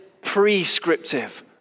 prescriptive